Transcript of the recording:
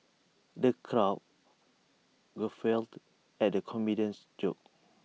the crowd guffawed at the comedian's jokes